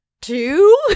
two